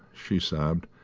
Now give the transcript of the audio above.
she sobbed.